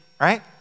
right